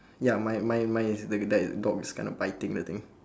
ya mine mine mine is that dog is kind of biting the thing